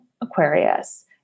Aquarius